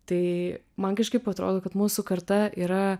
tai man kažkaip atrodo kad mūsų karta yra